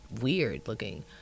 weird-looking